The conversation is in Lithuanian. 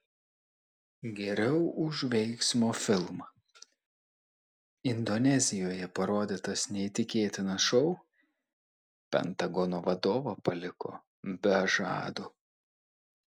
geriau už veiksmo filmą indonezijoje parodytas neįtikėtinas šou pentagono vadovą paliko be žado